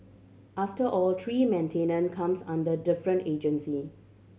after all tree maintenance comes under different agencies